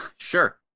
Sure